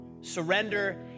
Surrender